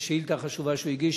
השאילתא החשובה שהוא הגיש,